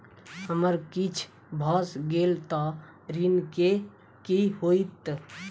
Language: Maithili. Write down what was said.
हमरा किछ भऽ गेल तऽ ऋण केँ की होइत?